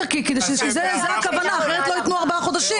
כי אחרת לא ייתנו ארבעה חודשים.